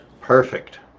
Perfect